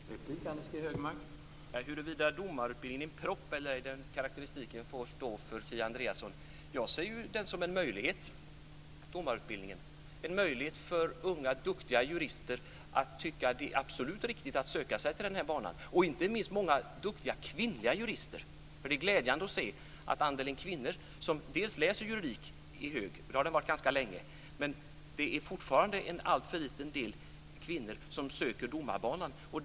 Herr talman! Huruvida domarutbildningen är en propp eller ej - den karakteristiken får stå för Kia Andreasson. Jag ser domarutbildningen som en möjlighet för unga duktiga jurister att tycka att det är absolut riktigt att söka sig till den här banan. Det gäller inte minst många duktiga kvinnliga jurister. Det är glädjande att se att andelen kvinnor som läser juridik är hög, vilket den har varit ganska länge. Men det är fortfarande en alltför liten andel kvinnor som söker domarbanan.